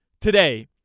today